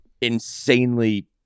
insanely